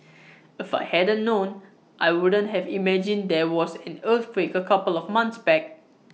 if I hadn't known I wouldn't have imagined there was an earthquake A couple of months back